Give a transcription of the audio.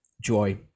joy